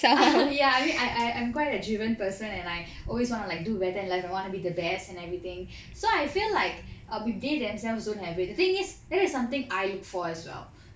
ya I mean I'm I'm quite a driven person and I always want to like do better in life I want to be the best and everything so I feel like if they themselves don't have it the thing is that's something I look for as well